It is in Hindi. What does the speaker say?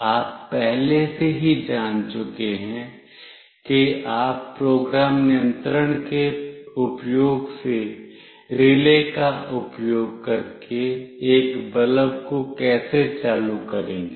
आप पहले ही जान चुके हैं कि आप प्रोग्राम नियंत्रण के उपयोग से रिले का उपयोग करके एक बल्ब को कैसे चालू करेंगे